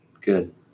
Good